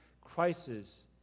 crisis